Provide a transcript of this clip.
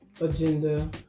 agenda